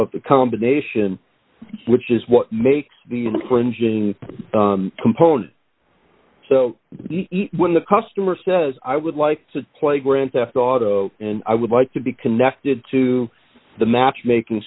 of the combination which is what makes the cringing component so when the customer says i would like to play grand theft auto and i would like to be connected to the matchmaking